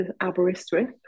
Aberystwyth